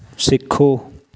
ਸਿੱਖੋ